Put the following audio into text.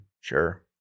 sure